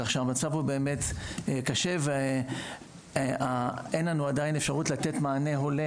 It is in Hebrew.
כך שהמצב הוא באמת קשה ואין לנו עדיין אפשרות לתת מענה הולם